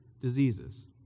diseases